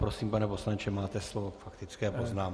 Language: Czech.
Prosím, pane poslanče, máte slovo k faktické poznámce.